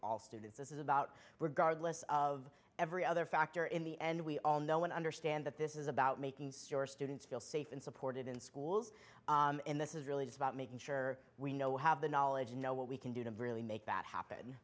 all students this is about regardless of every other factor in the end we all know and understand that this is about making sure students feel safe and supported in schools in this is really just about making sure we know have the knowledge and know what we can do to really make that